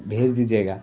بھیج دیجیے گا